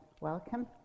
welcome